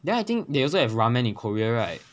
then I think they also have ramen in korea right